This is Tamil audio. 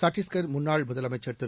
சத்தீஸ்க் முன்னாள் முதலமைச்சா் திரு